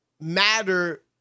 matter